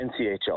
NCHL